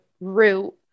root